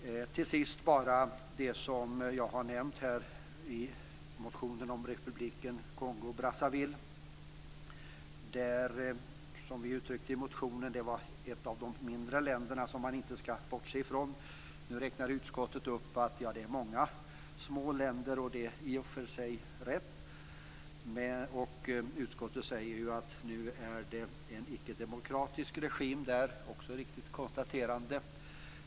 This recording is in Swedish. Till sist vill jag ta upp det jag har nämnt i motionen om republiken Kongo-Brazzaville. Det är, som vi uttryckte det i motionen, ett av de mindre länder som vi inte skall bortse ifrån. Utskottet säger att det finns många små länder, och det är i och för sig rätt. Utskottet säger att det nu är en ickedemokratisk regim där. Det är också ett riktigt konstaterande.